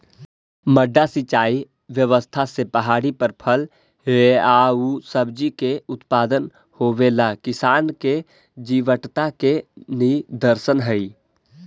मड्डा सिंचाई व्यवस्था से पहाड़ी पर फल एआउ सब्जि के उत्पादन होवेला किसान के जीवटता के निदर्शन हइ